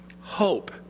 Hope